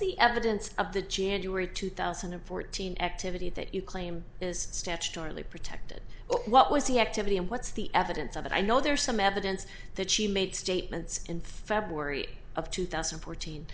the evidence of the january two thousand and fourteen activity that you claim is statutorily protected what was the activity and what's the evidence of it i know there's some evidence that she made statements in february of two thousand and fourteen